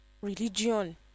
religion